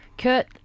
Kurt